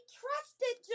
trusted